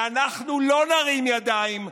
ואנחנו לא נרים ידיים,